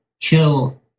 kill –